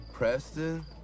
Preston